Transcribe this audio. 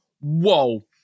whoa